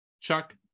Chuck